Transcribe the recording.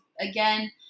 again